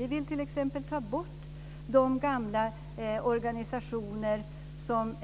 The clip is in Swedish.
Vi vill t.ex. minska bidragen till gamla organisationer som